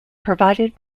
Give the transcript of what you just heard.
provided